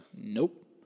Nope